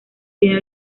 tiene